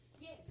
Yes